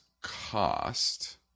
cost